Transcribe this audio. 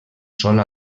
sol